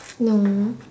no